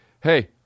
Hey